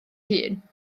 hun